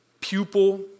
pupil